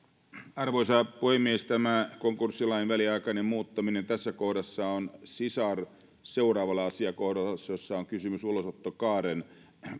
arvoisa puhemies tämä konkurssilain väliaikainen muuttaminen tässä kohdassa on sisar seuraavalle asiakohdalle jossa jossa on kysymys ulosottokaaren